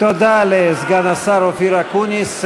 תודה לסגן השר אופיר אקוניס.